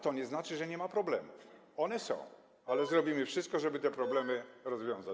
To nie znaczy, że nie ma problemów, one są, ale zrobimy wszystko, żeby te problemy rozwiązać.